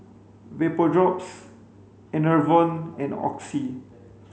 Vapodrops Enervon and Oxy